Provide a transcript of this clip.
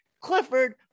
Clifford